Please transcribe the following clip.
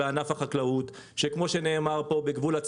שיהיה ברור,